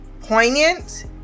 poignant